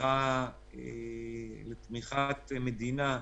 לתמיכת מדינה.